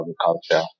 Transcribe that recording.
agriculture